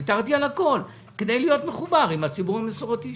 ויתרתי על הכול כדי להיות מחובר לציבור המסורתי.